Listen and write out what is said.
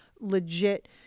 legit